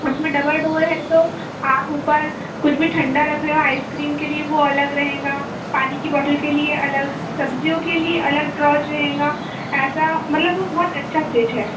उसमे double door है तो आप उपर कुछ भी ठंडा रख रहे हो आइसक्रीम के लिए वो अलग रहेगा पानी की बोटल के लिए अलग सब्जियों के लिए अलग ड्रोज रहेगा ऐसा मतलब वो बहुत अच्छा फ्रिज है